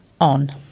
on